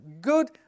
Good